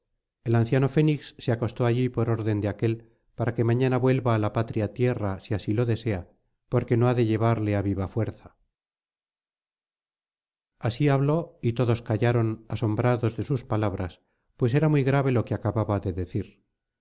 el anciano fénix se acostó allí por orden de aquél para que mañana vuelva á la patria tierra si así lo desea porque no ha de llevarle á viva fuerza así habló y todos callaron asombrados de sus palabras pues era muy grave lo que acababa de decir